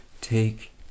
take